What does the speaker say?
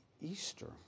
Easter